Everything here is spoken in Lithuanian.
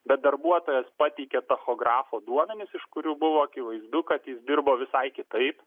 bet darbuotojas pateikė tachografo duomenis iš kurių buvo akivaizdu kad jis dirbo visai kitaip